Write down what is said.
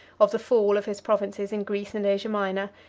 of the fall of his provinces in greece and asia minor,